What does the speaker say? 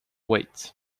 wait